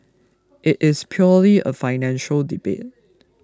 it is purely a financial debate